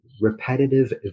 repetitive